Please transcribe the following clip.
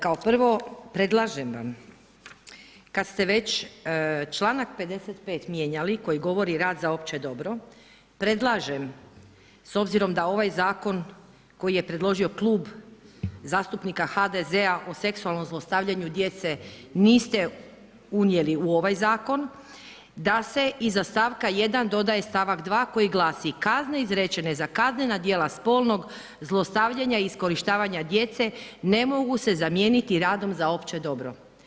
Kao prvo, predlažem vam kada ste već članak 55 mijenjali koji govori rad za opće dobro predlažem s obzirom da ovaj zakon koji je predložio Klub zastupnika HDZ-a o seksualnom zlostavljanju djece niste unijeli u ovaj zakon, da se iza stavka 1. dodaje stavak 2. koji glasi: „Kazne izrečene za kaznena djela spolnog zlostavljanja i iskorištavanja djece ne mogu se zamijeniti radom za opće dobro.